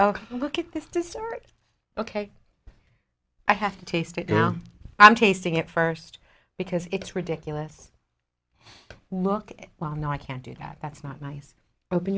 oh look at this distort ok i have to taste it now i'm tasting it first because it's ridiculous look well no i can't do that that's not nice open